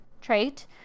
trait